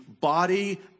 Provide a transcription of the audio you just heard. body